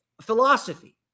philosophy